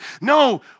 No